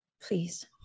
Please